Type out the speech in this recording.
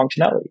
functionality